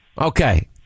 Okay